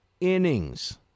innings